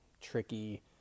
tricky